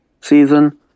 season